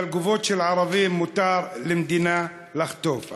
אבל גופות של ערבים מותר למדינה לחטוף.